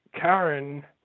Karen